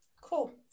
Cool